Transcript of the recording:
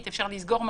ביטול אזור מוגבל,